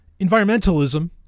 environmentalism